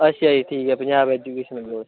ਅੱਛਾ ਜੀ ਠੀਕ ਹੈ ਪੰਜਾਬ ਐਜੁਕੇਸ਼ਨ ਬੋਰਡ